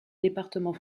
département